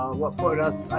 um what put us,